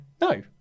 No